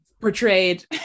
portrayed